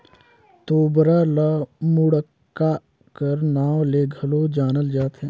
तोबरा ल मुड़क्का कर नाव ले घलो जानल जाथे